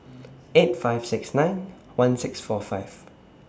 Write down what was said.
eight five six nine one six four five